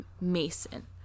Mason